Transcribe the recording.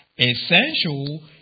essential